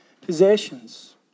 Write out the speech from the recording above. possessions